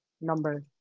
number